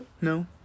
No